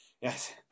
Yes